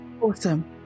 Awesome